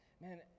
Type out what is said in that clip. Man